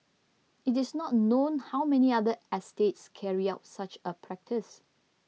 it is not known how many other estates carried out such a practice